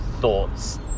thoughts